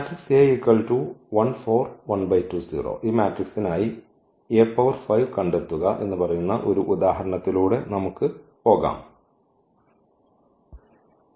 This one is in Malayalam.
നായി കണ്ടെത്തുക എന്ന് പറയുന്ന ഒരു ഉദാഹരണത്തിലൂടെ നമുക്ക് പോകാം